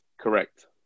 Correct